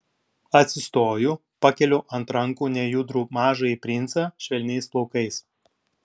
atsistoju pakeliu ant rankų nejudrų mažąjį princą švelniais plaukais